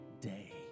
day